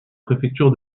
préfecture